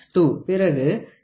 பிறகு என்னிடம் 27